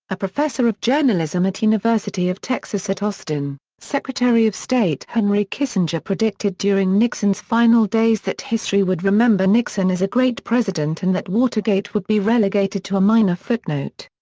a professor of journalism at university of texas at austin, secretary of state henry kissinger predicted during nixon's final days that history would remember nixon as a great president and that watergate would be relegated to a minor footnote.